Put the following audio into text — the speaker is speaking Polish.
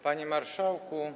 Panie Marszałku!